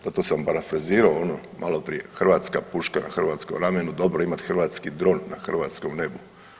Zato sam parafrazirao onu maloprije hrvatska puška na hrvatsko rame, no dobro je imati hrvatski dron na hrvatskom nebu.